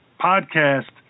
podcast